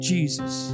Jesus